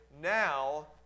Now